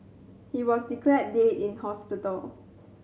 he was declared dead in hospital